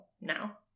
now